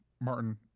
Martin